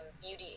beauty